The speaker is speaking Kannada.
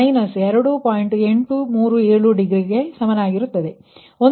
837ಡಿಗ್ರಿಗಳಿಗೆ ಸಮಾನವಾಗಿರುತ್ತದೆ